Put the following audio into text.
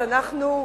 אז אנחנו,